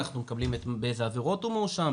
אנחנו מקבלים באיזה עבירות הוא מורשע.